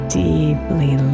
deeply